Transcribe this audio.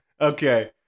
Okay